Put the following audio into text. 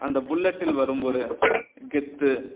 அந்தப் புல்லட்டில் வரும் ஒரு கெத்து